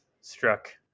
struck